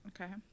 okay